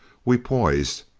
we poised,